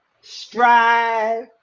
strive